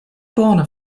bone